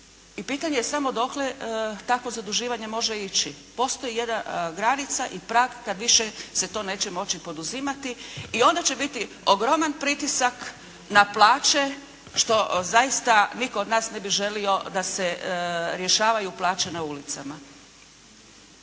i pitanje je samo dokle takvo zaduživanje može ići. Postoji granica i prag kada više se to neće moći poduzimati i onda će biti ogroman pritisak na plaće što zaista nitko od nas ne bi želio da se rješavaju plaće na ulicama.